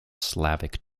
slavic